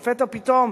לפתע פתאום